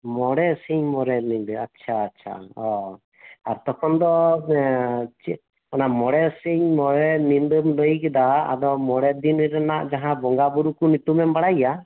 ᱢᱚᱬᱮ ᱥᱤᱧ ᱢᱚᱬᱮ ᱧᱤᱫᱟᱹ ᱟᱪᱪᱷᱟ ᱟᱪᱪᱷᱟ ᱚᱻ ᱟᱨ ᱛᱚᱠᱷᱚᱱ ᱫᱚᱪᱮᱫ ᱚᱱᱟ ᱢᱚᱬᱮ ᱥᱤᱧ ᱢᱚᱬᱮ ᱧᱤᱫᱟᱹᱢ ᱞᱟᱹᱭᱠᱮᱫᱟ ᱟᱫᱚ ᱢᱚᱬᱮᱫᱤᱱ ᱨᱮᱭᱟᱜ ᱡᱟᱦᱟᱸ ᱵᱚᱸᱜᱟ ᱵᱩᱨᱩ ᱠᱚ ᱧᱩᱛᱩᱢᱮᱢ ᱵᱟᱲᱟᱭᱜᱮᱭᱟ